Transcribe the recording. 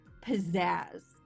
pizzazz